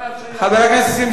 הצעות לסדר-היום מס' 8796